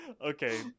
okay